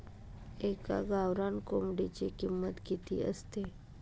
एका गावरान कोंबडीची किंमत किती असते?